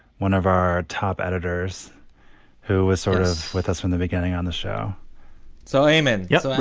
one of our top editors who is sort of with us from the beginning on the show so um and yeah so